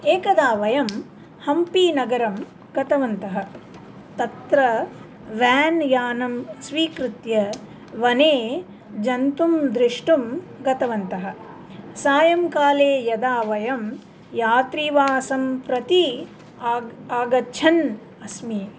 एकदा वयं हम्पीनगरं गतवन्तः तत्र व्यान्यानं स्वीकृत्य वने जन्तुं द्रष्टुं गतवन्तः सायङ्काले यदा वयं यात्रीवासं प्रति आग् आगच्छन् अस्मि